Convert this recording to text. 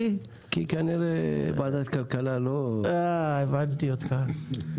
כי כנראה ועדת כלכלה- -- הבנתי אותך.